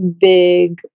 big